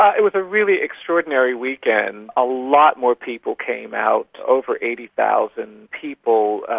ah it was a really extraordinary weekend. a lot more people came out, over eighty thousand people,